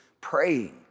praying